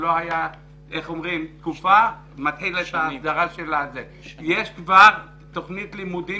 שלא היה --- יש כבר תוכנית לימודים